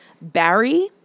Barry